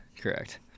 correct